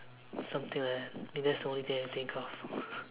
something like that I mean that's the only thing I can think of